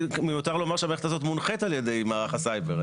מיותר לומר שהמערכת הזאת מונחית על ידי מערך הסייבר.